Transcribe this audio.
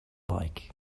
like